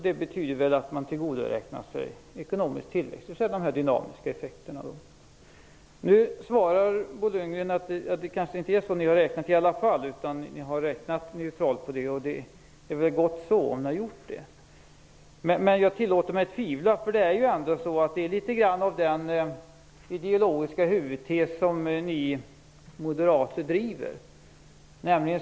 Det betyder väl att man tillgodoräknar sig ekonomisk tillväxt, dvs. de dynamiska effekterna. Bo Lundgren svarar nu att det inte är så man har räknat. Ni har räknat neutralt på det, och det är väl gott så. Men jag tillåter mig att tvivla. Det är litet grand av den ideologiska huvudtes som ni moderater driver.